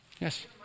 Yes